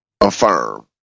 affirm